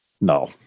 No